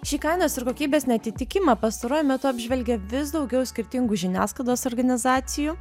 šį kainos ir kokybės neatitikimą pastaruoju metu apžvelgia vis daugiau skirtingų žiniasklaidos organizacijų